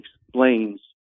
explains